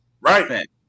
Right